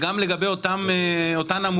גם לגבי אותן עמותות